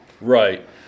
Right